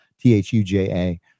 t-h-u-j-a